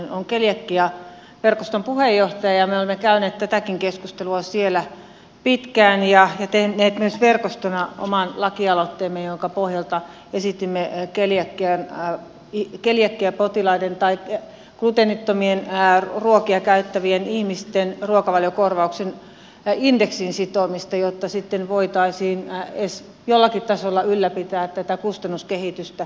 olen keliakiaverkoston puheenjohtaja ja me olemme käyneet tätäkin keskustelua siellä pitkään ja tehneet myös verkostona oman lakialoitteemme jonka pohjalta esitimme keliakiapotilaiden tai gluteenittomia ruokia käyttävien ihmisten ruokavaliokorvauksen indeksiin sitomista jotta sitten voitaisiin edes jollakin tasolla ylläpitää tätä kustannuskehitystä